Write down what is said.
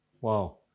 Wow